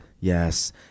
Yes